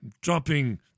Dropping